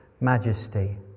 majesty